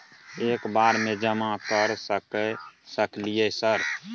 एक बार में जमा कर सके सकलियै सर?